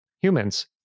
humans